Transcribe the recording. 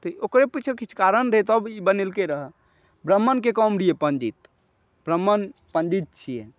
तऽ ओकरा पीछे किछु कारण रहय तब ई बनेलकय रह ब्राम्हणके काम रहिए पण्डित ब्राह्मण पण्डित छियै